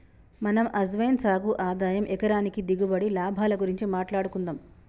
మనం అజ్వైన్ సాగు ఆదాయం ఎకరానికి దిగుబడి, లాభాల గురించి మాట్లాడుకుందం